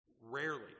Rarely